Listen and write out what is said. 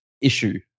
issue